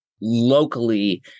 locally